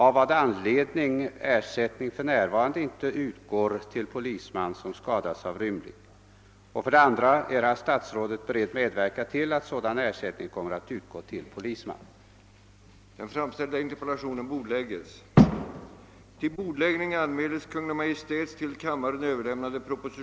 Enligt vad jag inhämtat ligger för närvarande inte mindre än sju sådana ansökningar hos Kungl. Maj:t för prövning. Det sammanlagt yrkade kr., och det äldsta skadefallet är från 1963. Det måste anses vara högst otillfredsställande att en polisman, som på grund av sin verksamhet är utsatt för betydande skaderisker, skall behandlas sämre än andra medborgare i här berört avseende. Åberopande det anförda får jag anhålla om kammarens tillstånd att till statsrådet och chefen för justitiedepartementet få ställa följande frågor: 2.